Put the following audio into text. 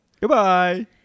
Goodbye